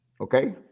Okay